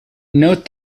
note